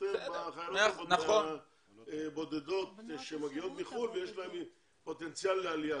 יותר בבודדות שמגיעות מחו"ל ויש להן פוטנציאל לעלייה.